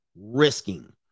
risking